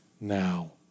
now